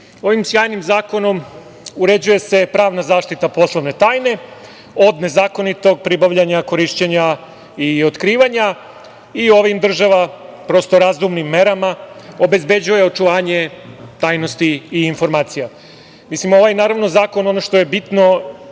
ovim sjajnim zakonom uređuje se pravna zaštita poslovne tajne od nezakonitog pribavljanja, korišćenja i otkrivanja. Ovim država razumnim merama obezbeđuje očuvanje tajnosti i informacija. Naravno, ono što je bitno